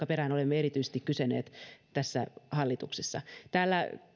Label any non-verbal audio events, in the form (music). (unintelligible) perään olemme erityisesti kysyneet tässä hallituksessa täällä